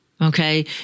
Okay